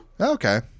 Okay